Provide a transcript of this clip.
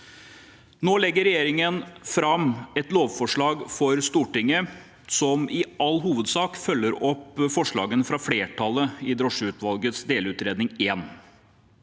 Nå legger regjeringen fram et lovforslag for Stortinget som i all hovedsak følger opp forslagene fra flertallet i drosjeutvalgets delutredning I.